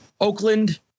Oakland